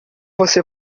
você